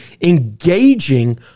engaging